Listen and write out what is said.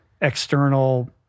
external